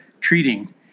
treating